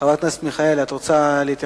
חברת הכנסת אנסטסיה מיכאלי, את רוצה להתייחס?